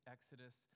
Exodus